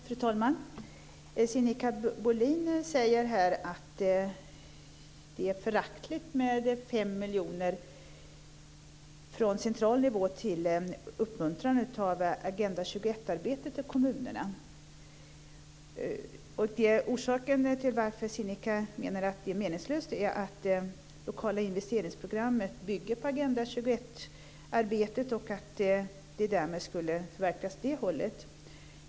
Fru talman! Sinikka Bohlin säger att det är föraktligt med 5 miljoner från central nivå som uppmuntran i kommunernas Agenda 21-arbete. Orsaken till att hon tycker att dessa pengar är meningslösa är att lokala investeringsprogrammet bygger på Agenda 21-arbetet, och därmed förverkligas detta syfte.